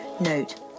Note